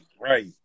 Right